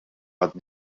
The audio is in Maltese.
għad